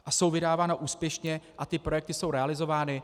A jsou vydávána úspěšně a projekty jsou realizovány.